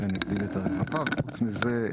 חוץ מזה,